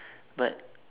but